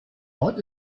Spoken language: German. ort